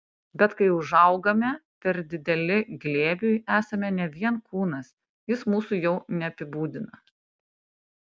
bet kai užaugame per dideli glėbiui esame ne vien kūnas jis mūsų jau neapibūdina